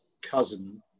cousin